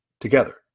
together